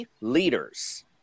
leaders